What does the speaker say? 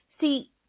See